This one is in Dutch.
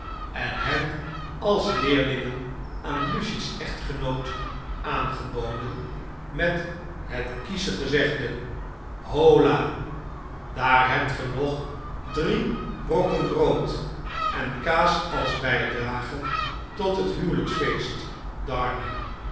en hen als leerlingen aan lucie's echtgenoot aangeboden met het kiesche gezegde hola i daar hebt ge nog drie brokken brood en kaas als bijdrage tot het huwehjksfeest darnay